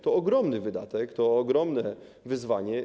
To ogromny wydatek, to ogromne wyzwanie.